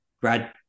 grad